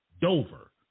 Dover